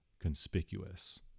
conspicuous